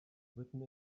written